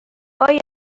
آیا